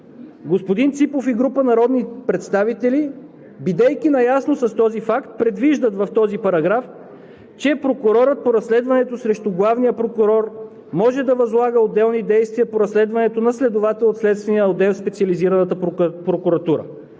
господин Ципов и група народни представители, бидейки наясно с този факт, предвиждат в този параграф, че прокурорът по разследването срещу главния прокурор може да възлага отделни действия по разследването на следовател от следствения отдел в специализираната прокуратура.